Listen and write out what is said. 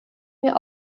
mir